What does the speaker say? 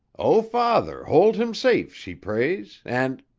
o father, hold him safe she prays, and